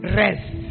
rest